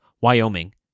Wyoming